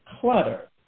clutter